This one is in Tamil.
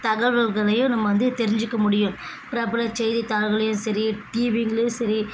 தகவல்களையும் நம்ம வந்து தெரிஞ்சிக்க முடியும் பிரபல செய்தித்தாள்களையும் சரி டிவிங்களையும் சரி